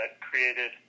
created